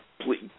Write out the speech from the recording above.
Please